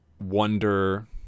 wonder